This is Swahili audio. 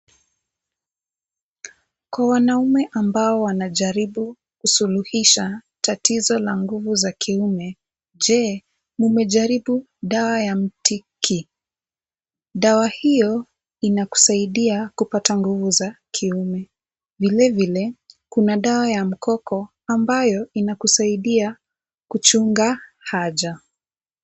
Kwa wanaume ambao wanajaribu kusuluhisha tatizo la nguvu za kiume, je umeharibu dawa ya Mtiki? Dawa hiyo inakusaidia kupata nguvu za kiume. Vilevile kuna dawa ya Mkoko ambayo inakusaidia kuchunga haja.